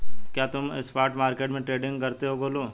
क्या तुम spot market में ट्रेडिंग करते हो गोलू?